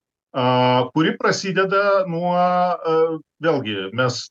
a kuri prasideda nuo a vėlgi mes